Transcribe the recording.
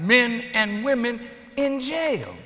men and women in jail